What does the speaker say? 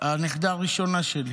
הנכדה הראשונה שלי,